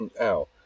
Ow